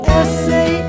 essay